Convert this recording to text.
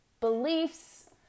beliefs